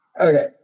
Okay